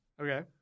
Okay